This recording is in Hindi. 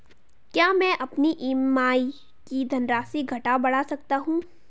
क्या मैं अपनी ई.एम.आई की धनराशि घटा बढ़ा सकता हूँ?